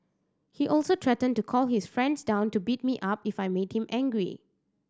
he also threatened to call his friends down to beat me up if I made him angry